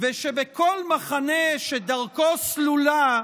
שבכל מחנה שדרכו סלולה,